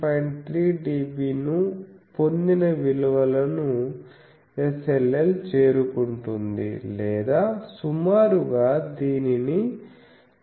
3 dB ను పొందిన విలువను SLL చేరుకుంటుంది లేదా సుమారుగా దీనిని 13